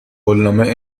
قولنامه